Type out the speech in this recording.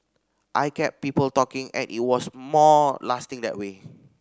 I kept people talking and it was more lasting that way